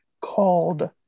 called